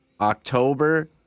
October